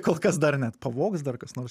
kol kas dar ne pavogs dar kas nors